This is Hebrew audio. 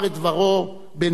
בנאומים בני דקה,